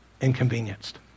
inconvenienced